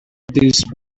these